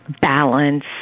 balance